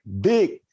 big